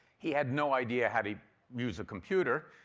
he had no idea how to use a computer,